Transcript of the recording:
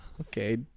Okay